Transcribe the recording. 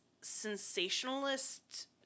sensationalist